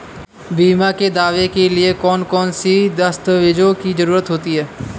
बीमा के दावे के लिए कौन कौन सी दस्तावेजों की जरूरत होती है?